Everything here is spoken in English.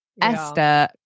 Esther